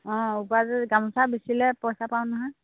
অঁ ওপৰটোত গামোচা বেচিলে পইচা পাওঁ নহয়